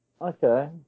Okay